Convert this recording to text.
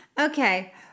Okay